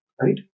right